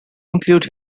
included